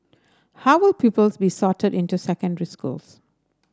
how will pupils be sorted into secondary schools